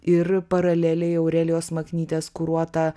ir paraleliai aurelijos maknytės kuruotą